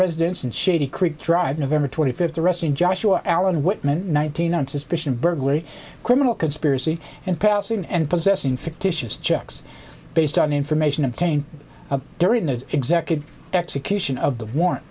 residence and shady creek drive nov twenty fifth arresting joshua allen whitman nineteen on suspicion of burglary criminal conspiracy and passing and possessing fictitious checks based on information obtained during the executive execution of the war